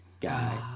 guy